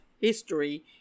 history